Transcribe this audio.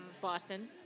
Boston